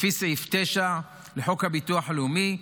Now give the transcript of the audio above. לפי סעיף 9 לחוק הביטוח הלאומי,